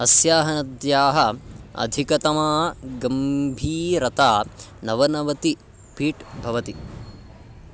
अस्याः नद्याः अधिकतमागम्भीरता नवनवतिः फीट् भवति